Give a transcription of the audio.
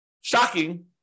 shocking